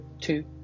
two